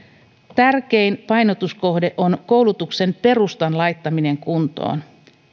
tärkein painotuskohde on koulutuksen perustan laittaminen kuntoon